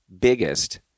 biggest